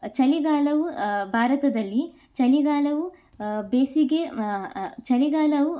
ಚಳಿಗಾಲವು ಭಾರತದಲ್ಲಿ ಚಳಿಗಾಲವು ಬೇಸಿಗೆ ಚಳಿಗಾಲವು